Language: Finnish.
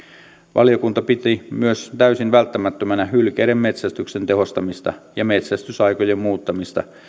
valiokunta piti myös täysin välttämättömänä hylkeiden metsästyksen tehostamista ja metsästysaikojen muuttamista